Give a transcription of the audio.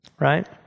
Right